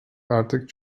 artık